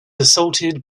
assaulted